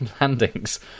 landings